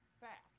fact